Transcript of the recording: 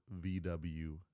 VW